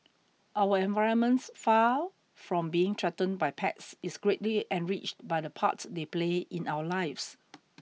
our environment far from being threatened by pets is greatly enriched by the part they play in our lives